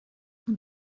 und